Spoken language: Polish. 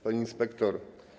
Pani Inspektor!